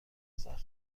زخم